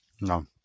No